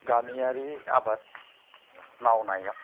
गामियारि आबाद मावनायाव